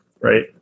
right